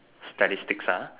statistics